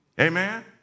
Amen